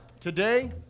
Today